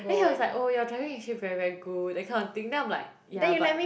then he was like oh your driving is actually very very good that kind of thing then I'm like yeah but